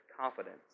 confidence